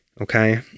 Okay